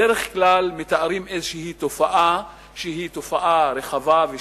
בדרך כלל מתארים איזו תופעה שהיא תופעה רחבה ושלילית,